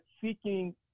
seeking